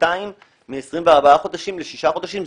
מ-24 חודשים לשישה חודשים.